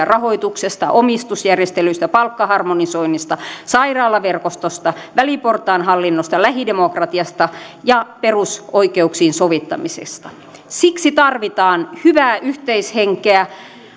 rahoituksesta omistusjärjestelyistä palkkaharmonisoinnista sairaalaverkostosta väliportaan hallinnosta lähidemokratiasta ja perusoikeuksiin sovittamisesta siksi tarvitaan hyvää yhteishenkeä